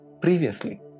previously